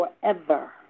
forever